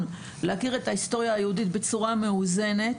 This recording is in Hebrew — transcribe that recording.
להכיר את ההיסטוריה היהודית בצורה מאוזנת,